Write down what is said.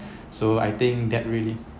so I think that really